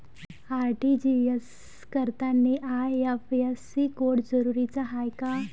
RTGS करतांनी IFSC code जरुरीचा हाय का?